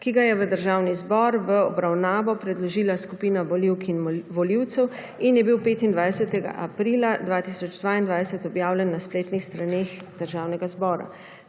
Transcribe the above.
ki ga je v Državni zbor v obravnavo predložila skupina volivk in volivcev in je bil 25. aprila 2022 objavljen na spletnih straneh Državnega zbora.